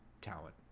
talent